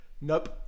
Nope